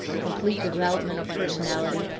complete development of personality,